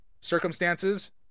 Circumstances